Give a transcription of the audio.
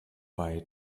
bei